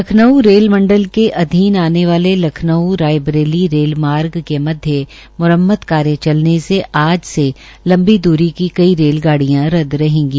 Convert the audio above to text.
Lucknow rail मंडल के अधीन आने वाले लखनऊ रायबरेली रेल मार्ग के मध्य मुरम्मत कार्य चलने से आज से लंबी द्री की कई रेलगाडियां रद्द रहेंगे